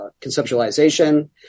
conceptualization